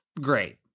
great